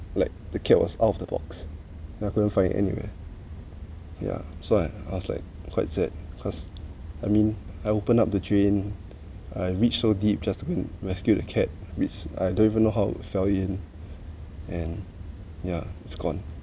like the cat was out of the box and I couldn't find anywhere ya so I was like quite sad cause I mean I opened up the drain I reached so deep just to rescued a cat which I don't even know how it fell in and yeah it's gone